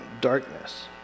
darkness